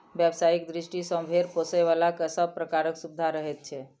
व्यवसायिक दृष्टि सॅ भेंड़ पोसयबला के सभ प्रकारक सुविधा रहैत छै